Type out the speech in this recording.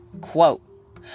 Quote